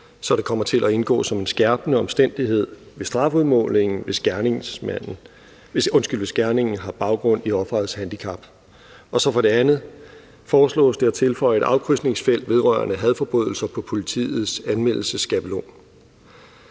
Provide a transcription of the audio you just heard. så det kommer til at indgå som en skærpende omstændighed ved strafudmålingen, hvis gerningen har baggrund i offerets handicap. Og for det andet foreslås det at tilføje et afkrydsningsfelt vedrørende hadforbrydelser på politiets anmeldelsesskabelon.